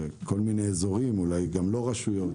ואולי גם לא לרשויות,